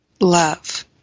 love